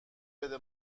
بده